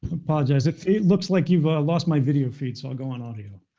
apologize. it it looks like you've lost my video feed, so i'll go on audio.